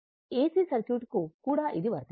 ఏసి సర్క్యూట్కు కూడా ఇది వర్తిస్తుంది